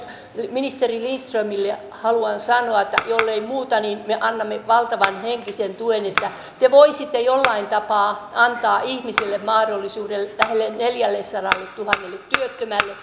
ministeri lindströmille haluan sanoa että jollei muuta niin me annamme valtavan henkisen tuen että te voisitte jollain tapaa antaa ihmisille mahdollisuuden näille neljällesadalletuhannelle työttömälle